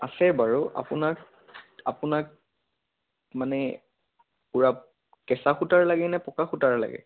আছে বাৰু আপোনাক আপোনাক মানে পূৰা কেঁচা সূতাৰ লাগে নে পকা সূতাৰ লাগে